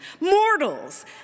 mortals